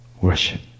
worship